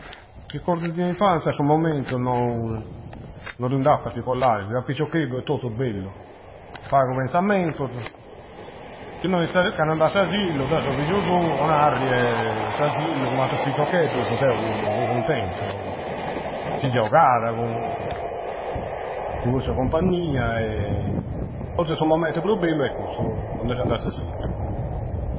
Ricordi d'infanzia a su momentu no non du in da particollarisi, a piccioccheddu è tottu bellu. Pagu penzzammentusu, chi mi s. Candu andau a s'assillu, deu seu figgu sou po narri e s'asillu, cu attrus picciocccheddusu, deu fu. Fui cuntenutu. SI giogada cu dui fu sa compagnia forzi su momentu pru bellu è cussu po candu seu andau a s'asillu.